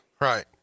Right